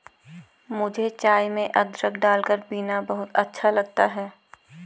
मुझे चाय में अदरक डालकर पीना बहुत अच्छा लगता है